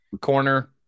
corner